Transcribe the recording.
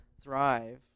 thrive